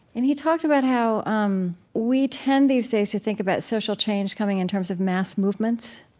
and he talked about how um we tend these days to think about social change coming in terms of mass movements,